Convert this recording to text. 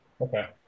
Okay